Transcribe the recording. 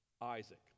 Isaac